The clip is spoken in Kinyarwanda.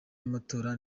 y’amatora